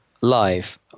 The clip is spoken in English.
live